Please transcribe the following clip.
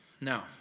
No